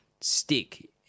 stick